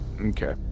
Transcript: Okay